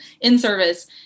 in-service